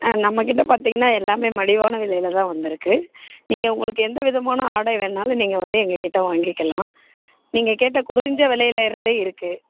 ஆ நம்மகிட்ட பார்த்தீங்கன்னா எல்லாமே மலிவான விலையில் தான் வந்திருக்கு நீங்கள் உங்களுக்கு எந்த விதமான ஆடை வேணாலும் நீங்கள் வந்து எங்கக்கிட்ட வாங்கிக்கலாம் நீங்கள் கேட்ட குறைஞ்ச விலையிலருந்து இருக்குது